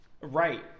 Right